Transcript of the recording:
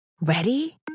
Ready